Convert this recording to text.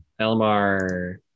elmar